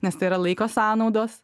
nes tai yra laiko sąnaudos